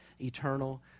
eternal